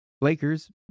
Lakers